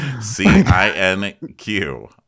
c-i-n-q